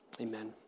Amen